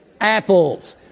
apples